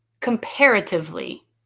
Comparatively